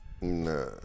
Nah